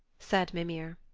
said mimir.